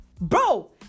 Bro